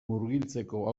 murgiltzeko